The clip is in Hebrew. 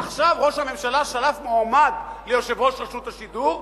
עכשיו ראש הממשלה שלף מועמד ליושב-ראש רשות השידור,